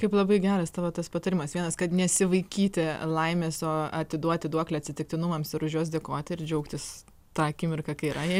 kaip labai geras tavo tas patarimas vienas kad nesivaikyti laimės o atiduoti duoklę atsitiktinumams ir už juos dėkoti ir džiaugtis tą akimirką kai yra jie